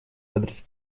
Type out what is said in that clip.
адрес